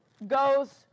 goes